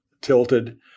tilted